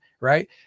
right